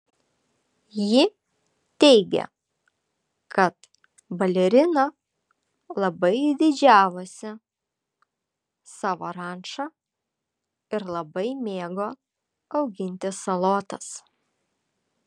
ji teigia kad balerina labai didžiavosi savo ranča ir labai mėgo auginti salotas